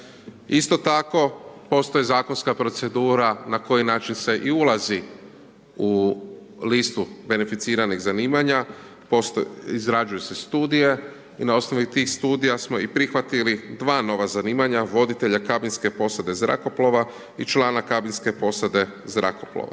Isto tako postoji zakonska procedura na koji način se i ulazi u listu beneficiranih zanimanja, izrađuju se studije i na osnovnu tih studija smo i prihvatili 2 nova zanimanja, voditelja kabinske posade zrakoplova i člana kabinske posade zrakoplova.